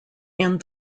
and